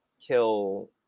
kill